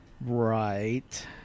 Right